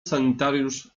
sanitariusz